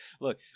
look